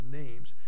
names